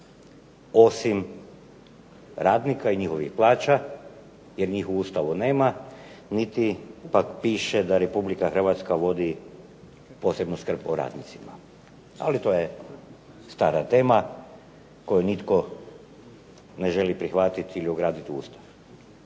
Osim radnika i njihovih plaća, jer njih u Ustavu nema, niti piše da Republika Hrvatska vodi posebnu skrb o radnicima. Ali to je stara tema koju nitko ne želi prihvatiti ili ugraditi u Ustav.